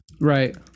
Right